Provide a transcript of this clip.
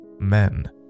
Men